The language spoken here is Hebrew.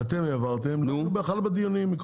שאתם העברתם בכלל לא היינו בדיונים.